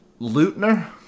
Lutner